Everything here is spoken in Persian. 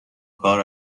کار